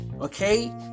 okay